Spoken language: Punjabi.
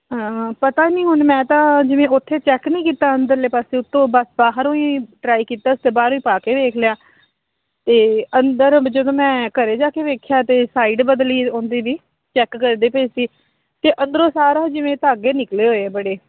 ਪਤਾ ਨਹੀਂ ਹੁਣ ਮੈਂ ਤਾਂ ਜਿਵੇਂ ਉੱਥੇ ਚੈੱਕ ਨਹੀਂ ਕੀਤਾ ਅੰਦਰਲੇ ਪਾਸੇ ਉੱਤੋਂ ਬਸ ਬਾਹਰੋਂ ਹੀ ਟਰਾਈ ਕੀਤਾ ਅਤੇ ਬਾਹਰੋਂ ਹੀ ਪਾ ਕੇ ਵੇਖ ਲਿਆ ਅਤੇ ਅੰਦਰ ਬਈ ਜਦੋਂ ਮੈਂ ਘਰੇ ਜਾ ਕੇ ਵੇਖਿਆ ਅਤੇ ਸਾਈਡ ਬਦਲੀ ਉਹਦੀ ਵੀ ਚੈੱਕ ਕਰਦੇ ਪੈਏ ਸੀ ਅਤੇ ਅੰਦਰੋਂ ਸਾਰਾ ਜਿਵੇਂ ਧਾਗੇ ਨਿਕਲੇ ਹੋਏ ਆ ਬੜੇ